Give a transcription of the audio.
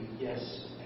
Yes